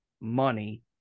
money